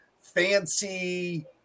fancy